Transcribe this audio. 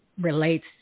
relates